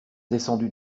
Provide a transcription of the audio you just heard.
descendu